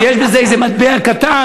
ויש בזה איזה מטבע קטן,